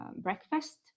breakfast